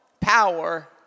power